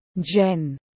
Jen